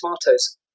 tomatoes